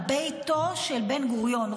על ביתו של בן-גוריון,